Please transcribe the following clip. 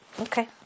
Okay